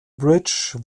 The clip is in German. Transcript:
bridge